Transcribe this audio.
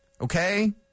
Okay